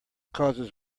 causes